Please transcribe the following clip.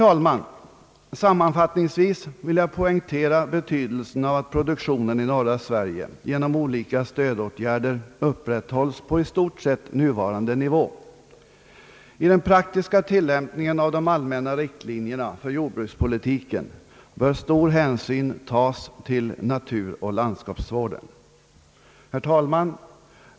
Sammanfattningsvis vill jag, herr talman, poängtera betydelsen av att produktionen i norra Sverige genom olika stödåtgärder upprätthålls på i stort sett nuvarande nivå. I den praktiska tilllämpningen av de allmänna riktlinierna för jordbrukspolitiken bör stor hänsyn tagas till naturoch landskapsvården. Herr talman!